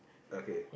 okay